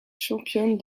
championne